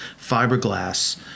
fiberglass